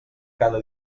cada